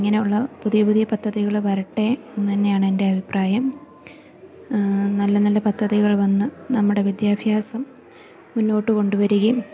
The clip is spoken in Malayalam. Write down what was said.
അങ്ങനെയുള്ള പുതിയ പുതിയ പദ്ധതികള് വരട്ടെ എന്ന് തന്നെയാണ് എൻ്റെ അഭിപ്രായം നല്ല നല്ല പദ്ധതികൾ വന്ന് നമ്മുടെ വിദ്യാഭ്യാസം മുന്നോട്ട് കൊണ്ടുവരികയും